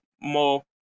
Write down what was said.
more